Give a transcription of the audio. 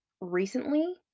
recently